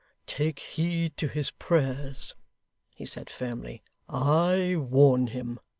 take heed to his prayers he said firmly i warn him